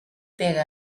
pega